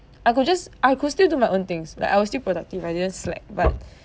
I could just I could still do my own things like I was still productive I didn't slack but